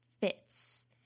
fits